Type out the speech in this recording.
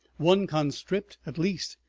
one conscript, at least,